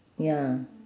ya